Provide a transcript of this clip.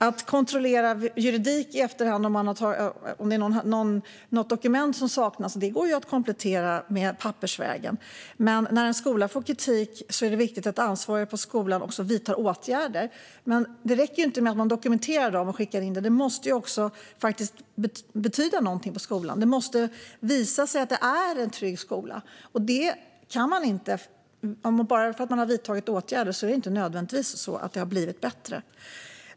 Att kontrollera juridik, om det till exempel saknas något dokument, går att göra i efterhand och pappersvägen. Men när en skola får kritik är det viktigt att ansvarig på skolan också vidtar åtgärder. Det räcker inte att man dokumenterar och skickar in handlingar, utan det måste också faktiskt betyda någonting på skolan. Det måste visa sig att det är en trygg skola. Bara för att man vidtar åtgärder blir det inte nödvändigtvis bättre.